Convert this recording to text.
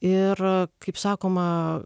ir kaip sakoma